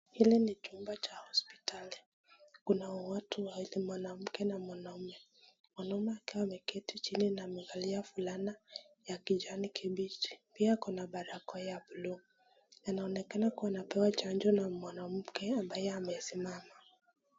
Hili ni chumba cha hospitali. Kuna watu wawili mwanamke na mwanaume. Mwanaume akiwa ameketi chini na amevalia fulana ya kijani kibichi. Pia, akona barakoa ya buluu. Yanaonekana kuwa anapewa chanjo na mwanamke ambaye amesimama.